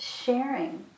sharing